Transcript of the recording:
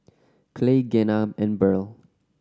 Clay Gena and Burl